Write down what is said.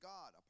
God